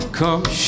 come